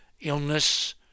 illness